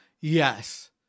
Yes